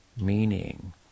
Meaning